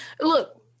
Look